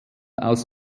aus